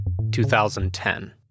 2010